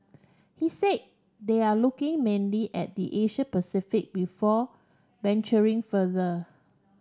he said they are looking mainly at the Asia Pacific before venturing further